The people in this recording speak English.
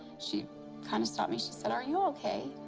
she kind of stopped me. she said, are you okay?